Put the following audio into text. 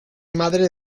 madre